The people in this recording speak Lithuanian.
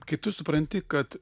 kai tu supranti kad